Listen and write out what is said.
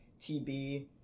TB